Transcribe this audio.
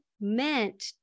meant